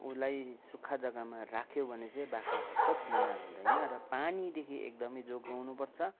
उसलाई सुक्खा जग्गामा राख्यो भने चाहिँ बाख्रा हतपत बिमार हुँदैन र पानीदेखि एकदमै जोगाउनु पर्छ